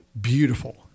Beautiful